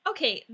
Okay